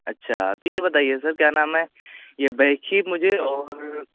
اچھا تو یہ بتائیے سر کیا نام ہے یہ بیکھی مجھے اور